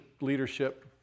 leadership